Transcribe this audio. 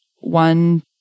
one